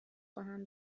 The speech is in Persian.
خواهم